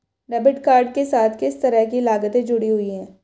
Debit card के साथ किस तरह की लागतें जुड़ी हुई हैं?